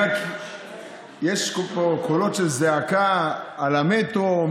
יש פה קולות של זעקה על המטרו,